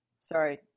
sorry